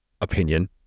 opinion